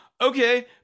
okay